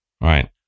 Right